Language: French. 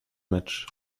match